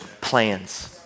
plans